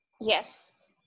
Yes